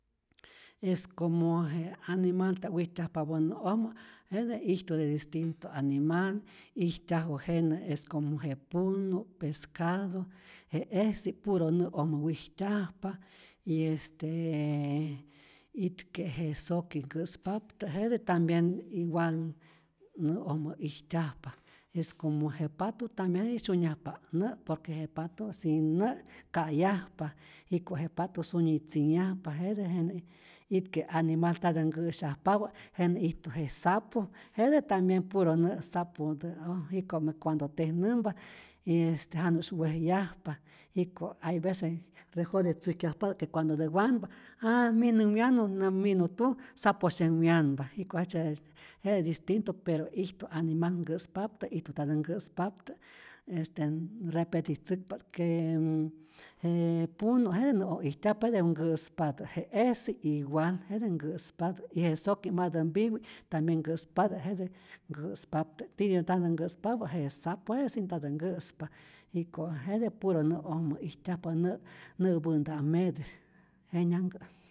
Es como je animalta'p wijtyajpapä nä'ojmä, jete ijtu de distinto animal ijtyaju jenä' es como je punu' pescado, je ejsi' puro nä'ojmä wijtyajpa, y est itke' je soki kä'spaptä jete tambien igual nä'ojmä ijtyajpa, es como je patu tambien syunyajpa'p nä' por que je patu' sin nä' ka'yajpa, jiko' je patu sunyi tzinhyajpa jete jenä ij, itke' animal ntatä nkä'syajpapä, jenä ijtu je sapo jete tambien puro nä', jiko'me cuando tejnämpa y este janu'sy wejyajpa, jiko hay vece rejodetzäjkyajpatä que cuandodä wanpa, aj mij nä wyanu näm minu tuj saposyem wyanpa, jiko jejtzye jete distinto pero ijtu animal nkä'spaptä', ijtu tambien kä'spaptä', este nn- repetitzäkpa't que je punu' jete nä'oj ijtyajpa jete nkä'spatä, je ejsi igual, jete nkä'spatä, y je soki' matä mpiwi' tambien nkä'spatä, jete nkä'spaptä, tityä ntatä nkä'spapä je sapo, jete si ntatä nkä'spa, jiko' jete puro nä'ojmä ijtyajpa, nä nä'pänta'mete, jenyanhkä.